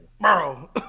bro